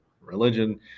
religion